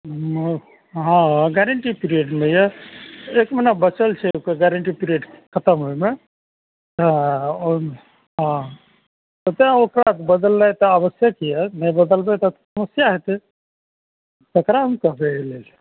हँ गारन्टी पीरियडमे यऽ एक महीना बचल छै ओकर गारन्टी पीरियड खतम होइमे हँ ओइमे हँ तऽ तैं ओकरा बदलने तऽ आवश्यक यऽ नहि बदलबय तऽ समस्या हेतय ककरा हम कहबइ अइ लेल